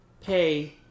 pay